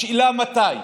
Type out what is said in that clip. השאלה היא מתי,